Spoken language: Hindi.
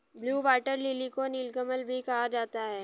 ब्लू वाटर लिली को नीलकमल भी कहा जाता है